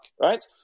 right